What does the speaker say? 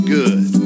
good